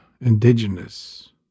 indigenous